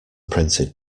printed